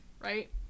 right